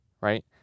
right